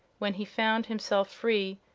when he found himself free,